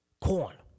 corn